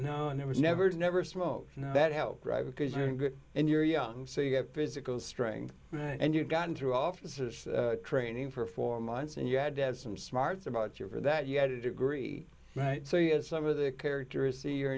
no never never never smoke and that helped right because you're good and you're young so you get physical strength and you've gotten through officer training for four months and you had to have some smarts about your that you had a degree right so you had some of the character is see you're